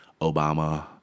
Obama